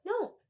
No